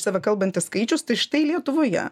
save kalbantis skaičius tai štai lietuvoje